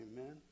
Amen